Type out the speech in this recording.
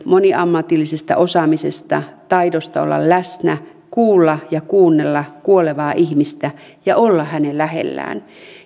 moniammatillisesta osaamisesta taidosta olla läsnä kuulla ja kuunnella kuolevaa ihmistä ja olla hänen lähellään